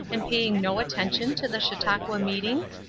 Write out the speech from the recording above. and paying no attention to the chautauqua meetings?